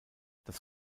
das